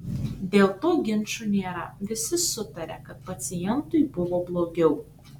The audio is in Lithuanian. dėl to ginčų nėra visi sutaria kad pacientui buvo blogiau